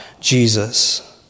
Jesus